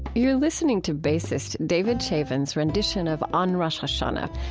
you are listening to bassist david chevan's rendition of on rosh hashanah,